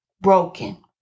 Broken